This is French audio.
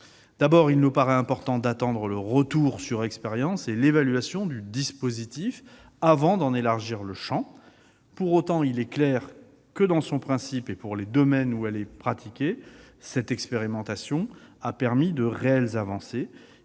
D'abord, il paraît important d'attendre le retour sur expérience et l'évaluation du dispositif avant d'en élargir le champ. Pour autant, il est clair que, dans son principe et pour les domaines où elle est pratiquée, cette expérimentation a permis de réelles avancées.